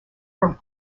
from